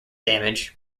damage